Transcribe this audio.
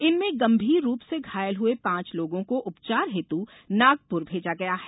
इनमें गंभीर रूप से घायल हुए पांच लोगों को उपचार हेतु नागपुर भेजा गया है